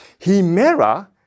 Himera